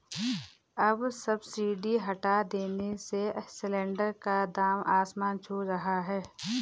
अब सब्सिडी हटा देने से सिलेंडर का दाम आसमान छू रहा है